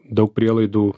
daug prielaidų